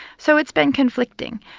so it's been conflicting.